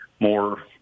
more